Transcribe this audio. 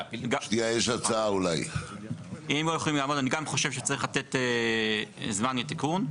אני חושב שצריך לתת זמן לתיקון.